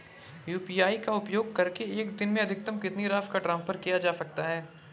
UPI का उपयोग करके एक दिन में अधिकतम कितनी राशि ट्रांसफर की जा सकती है?